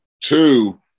two